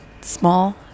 small